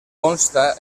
consta